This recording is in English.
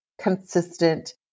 consistent